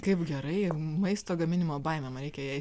kaip gerai maisto gaminimo baimė man reikia ją